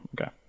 Okay